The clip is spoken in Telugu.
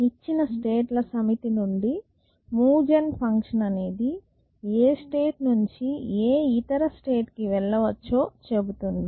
ఇచ్చిన స్టేట్ ల సమితి నుండి మూవ్ జెన్ ఫంక్షన్ అనేది ఏ స్టేట్ నుంచి ఏ ఇతర స్టేట్ కి వెళ్ళవచ్చొ చెబుతుంది